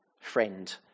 friend